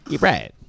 Right